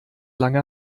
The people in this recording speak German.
lange